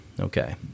Okay